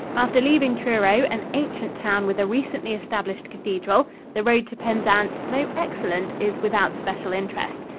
after leaving truro, an ancient town with a recently established cathedral, the road to penzance, though excellent, is without special interest.